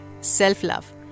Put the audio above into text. self-love